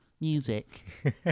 music